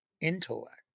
intellect